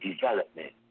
development